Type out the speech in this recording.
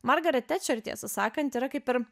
margaret tečer tiesą sakant yra kaip ir